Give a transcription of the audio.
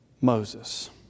Moses